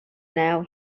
now